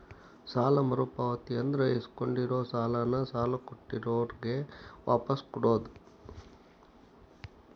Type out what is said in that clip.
ಸಾಲ ಮರುಪಾವತಿ ಅಂದ್ರ ಇಸ್ಕೊಂಡಿರೋ ಸಾಲಾನ ಸಾಲ ಕೊಟ್ಟಿರೋರ್ಗೆ ವಾಪಾಸ್ ಕೊಡೋದ್